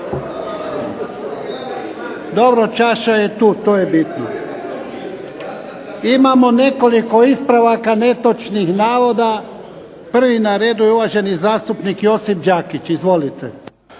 Dobro, čaša je tu. To je bitno. Imamo nekoliko ispravaka netočnih navoda. Prvi na redu je uvaženi zastupnik Josip Đakić, izvolite.